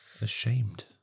Ashamed